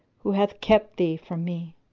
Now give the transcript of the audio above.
who hath kept thee from me.